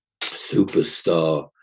superstar